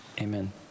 Amen